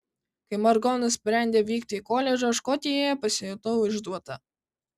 kai margo nusprendė vykti į koledžą škotijoje pasijutau išduota